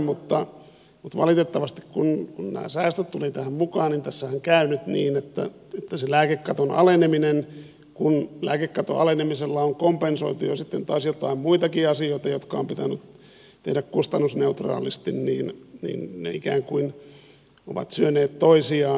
mutta valitettavasti kun nämä säästöt tulivat tähän mukaan tässä käy nyt niin että kun lääkekaton alenemisella on jo kompensoitu sitten taas joitain muitakin asioita jotka on pitänyt tehdä kustannusneutraalisti niin ne ikään kuin ovat syöneet toisiaan